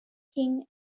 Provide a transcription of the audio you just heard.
king